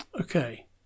Okay